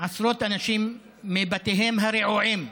עשרות אנשים מבתיהם הרעועים,